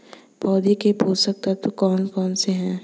पौधों के पोषक तत्व कौन कौन से हैं?